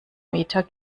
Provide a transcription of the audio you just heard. meter